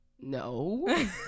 No